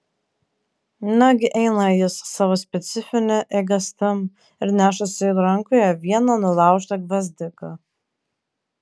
nagi eina jis savo specifine eigastim ir nešasi rankoje vieną nulaužtą gvazdiką